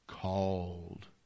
called